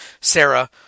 Sarah